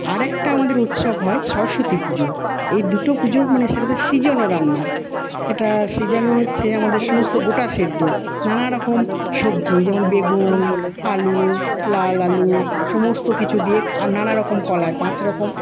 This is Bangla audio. আরেকটা আমাদের উৎসব হয় সরস্বতী পুজো এই দুটো পুজোই মানে সেটাতে সিজানো রান্না এটা সিজানো হচ্ছে আমাদের সমস্ত গোটা সেদ্ধ নানারকম সবজি যেমন বেগুন আলু লাল আলু সমস্ত কিছু দিয়ে আর নানারকম কলাই পাঁচরকম